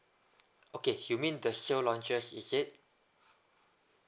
okay you mean the sale launches is it